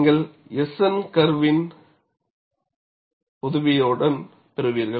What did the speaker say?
நீங்கள் S N கர்வின் உதவியைப் பெறுவீர்கள்